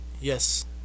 Yes